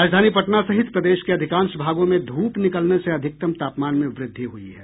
राजधानी पटना सहित प्रदेश के अधिकांश भागों में धूप निकलने से अधिकतम तापमान में वृद्धि हुयी है